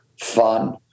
fun